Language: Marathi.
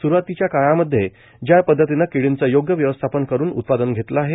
सुरुवातीच्या काळामध्ये ज्या पद्धतीने किर्डीचे योग्य व्यवस्थापन करून उत्पादन घेतले आहे